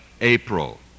April